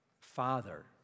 Father